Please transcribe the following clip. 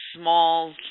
small